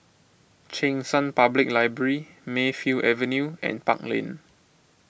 Cheng San Public Library Mayfield Avenue and Park Lane